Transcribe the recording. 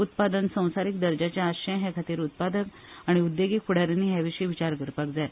उत्पादन संवसारीक दर्जाचें आसचें हे खातीर उत्पादक आनी उद्देगीक फूडाऱ्यांनी हे विशीं विचार करपाक जाय